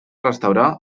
restaurar